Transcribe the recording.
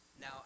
Now